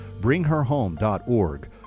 bringherhome.org